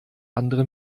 andere